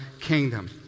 kingdom